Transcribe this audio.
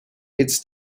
its